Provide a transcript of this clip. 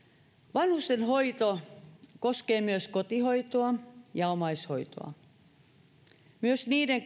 vanhustenhoito koskee myös kotihoitoa ja omaishoitoa myös niiden